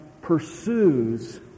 pursues